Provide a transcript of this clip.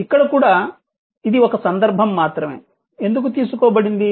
ఇక్కడ కూడా ఇది ఒక్క సందర్భం మాత్రమే ఎందుకు తీసుకోబడింది